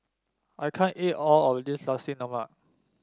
I can't eat all of this Nasi Lemak